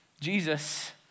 Jesus